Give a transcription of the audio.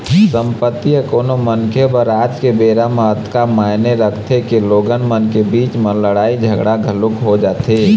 संपत्ति ह कोनो मनखे बर आज के बेरा म अतका मायने रखथे के लोगन मन के बीच म लड़ाई झगड़ा घलोक हो जाथे